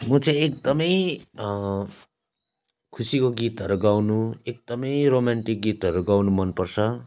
म चाहिँ एकदमै खुसीको गीतहरू गाउनु एकदमै रोमान्टिक गीतहरू गाउनु मनपर्छ